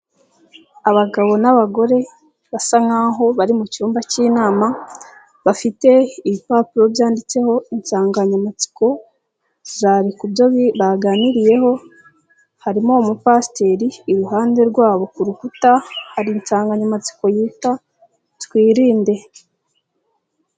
Abagabo n'abagore basa nkaho bari mu cyumba cy'inama bafite ibipapuro byanditseho insanganyamatsiko zari kubyo baganiriyeho, harimo umupasiteri, iruhande rwabo ku rukuta hari insanganyamatsiko yita twirinde.